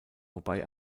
wobei